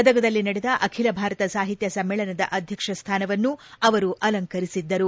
ಗದಗದಲ್ಲಿ ನಡೆದ ಅಖಿಲ ಭಾರತ ಸಾಹಿತ್ಯ ಸಮ್ನೇಳನದ ಅಧ್ಯಕ್ಷ ಸ್ಥಾನವನ್ನು ಅವರು ಅಲಂಕರಿಸಿದ್ದರು